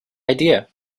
idea